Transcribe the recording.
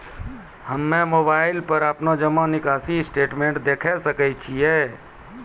हम्मय मोबाइल पर अपनो जमा निकासी स्टेटमेंट देखय सकय छियै?